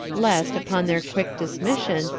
lest, upon their quick dismission,